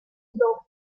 oxydant